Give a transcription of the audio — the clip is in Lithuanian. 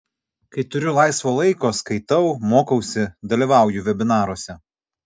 kai turiu laisvo laiko skaitau mokausi dalyvauju vebinaruose